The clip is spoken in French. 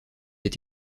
est